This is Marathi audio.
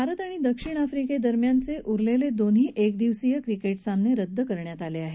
भारत आणि दक्षिण आफ्रीके दरम्यानचे उरलेले दोन्ही एक दिवसीय क्रिकेधासामने रद्द करण्यात आले आहेत